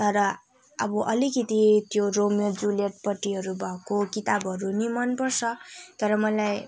तर अब अलिकति त्यो रोमियो ज्युलियटप्रति भएको किताबहरू पनि मनपर्छ तर मलाई